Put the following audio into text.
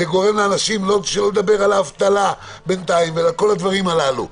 שלא לדבר על האבטלה בינתיים וכל הדברים הללו.